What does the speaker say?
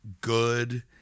good